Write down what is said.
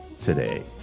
today